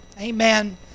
Amen